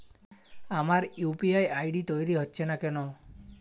আমার UPI ID তৈরি হচ্ছে না কেনো?